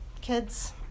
kids